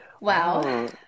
Wow